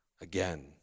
Again